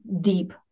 deep